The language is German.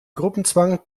gruppenzwang